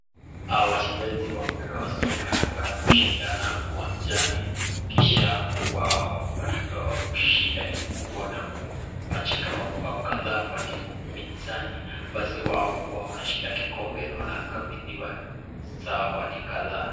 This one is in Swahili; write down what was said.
wachezaji wa mpira wa soka wanaposhindana uwanjani kisha wao wanatoa ushindani mkubwa na kupachika mabao kadhaa kwa timu pinzani. Basi wao wanashinda kikombe wanakabidhiwa zawadi kadhaa.